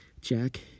Jack